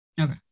okay